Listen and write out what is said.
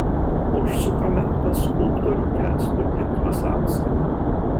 užsukame pas skulptorių kęstutį krasauską